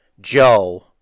Joe